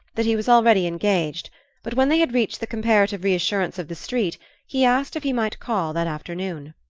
that he was already engaged but when they had reached the comparative reassurance of the street he asked if he might call that afternoon.